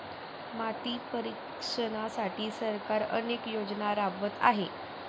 माती परीक्षणासाठी सरकार अनेक योजना राबवत आहे